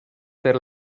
der